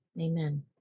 Amen